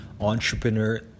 entrepreneur